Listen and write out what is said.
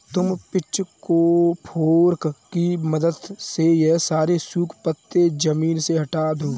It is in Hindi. तुम पिचफोर्क की मदद से ये सारे सूखे पत्ते ज़मीन से हटा दो